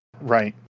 Right